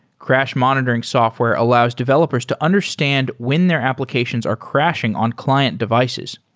crash monitoring software allows developers to understand when their applications are crashing on client devices.